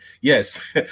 Yes